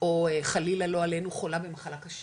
או חלילה לא עלינו חולה במחלה קשה,